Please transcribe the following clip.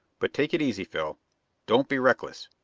but take it easy, phil don't be reckless.